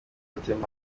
otema